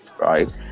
right